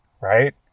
right